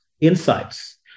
insights